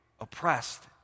oppressed